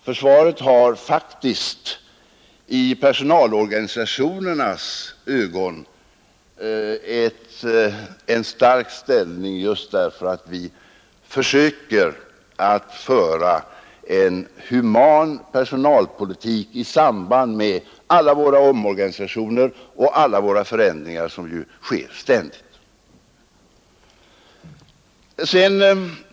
Försvaret har faktiskt i personalorganisationernas ögon en stark ställning just därför att vi försöker att föra en human personalpolitik i samband med alla våra omorganisationer och alla våra förändringar, som ju sker ständigt.